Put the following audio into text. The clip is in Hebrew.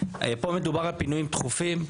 פה מדובר על פינויים דחופים.